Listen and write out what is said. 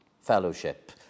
fellowship